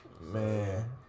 man